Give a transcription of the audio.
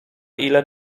ile